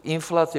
K inflaci.